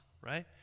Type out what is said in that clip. right